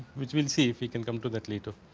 which will see if you can come to that later.